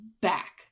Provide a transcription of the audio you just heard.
back